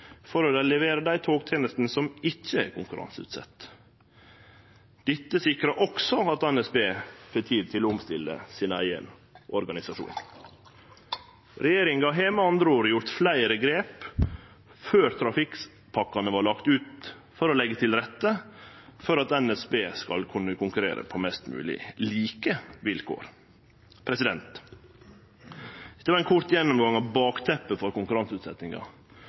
å levere dei togtenestene som ikkje er konkurranseutsette. Dette sikrar også at NSB får tid til å omstille sin eigen organisasjon. Regjeringa har med andre ord gjort fleire grep før trafikkpakkene vart lagde ut, for å leggje til rette for at NSB skal kunne konkurrere på mest mogleg like vilkår. Dette var ein kort gjennomgang av bakteppet for